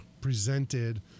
presented